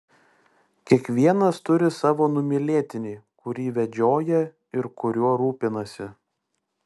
kiekvienas turi savo numylėtinį kurį vedžioja ir kuriuo rūpinasi